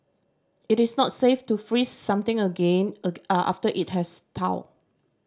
it is not safe to freeze something again after it has thawed